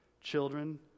Children